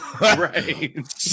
Right